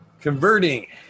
Converting